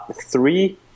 three